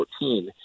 2014